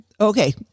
Okay